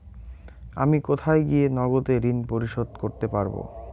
আমি কোথায় গিয়ে নগদে ঋন পরিশোধ করতে পারবো?